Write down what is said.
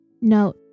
Note